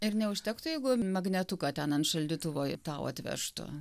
ir neužtektų jeigu magnetuką ten ant šaldytuvo tau atvežtų